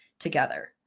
Together